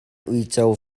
uico